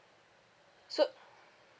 so